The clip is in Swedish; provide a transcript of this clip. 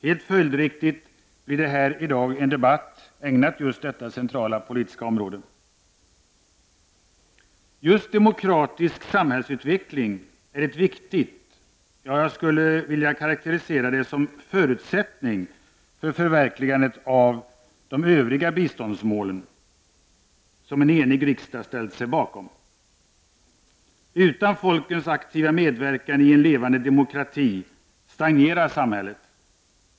Helt följdriktigt blir det i dag en debatt ägnat åt just detta centrala politiska område. Just demokratisk samhällsutveckling är en viktig punkt — jag skulle vilja karakterisera det som förutsättning — för förverkligandet av de övriga biståndsmål som en enig riksdag ställt sig bakom. Utan folkens aktiva medverkan i en levande demokrati stagnerar samhället.